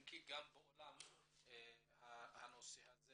אם כי גם בעולם הנושא הזה